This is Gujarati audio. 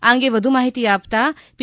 આ અંગે વધુ માહિતી આપતા પી